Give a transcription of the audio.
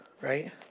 Right